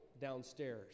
downstairs